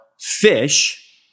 fish